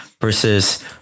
versus